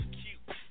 cute